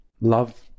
love